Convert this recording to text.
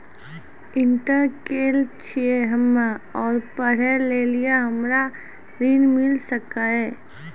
Inter केल छी हम्मे और पढ़े लेली हमरा ऋण मिल सकाई?